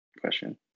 question